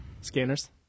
scanners